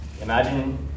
imagine